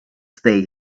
stay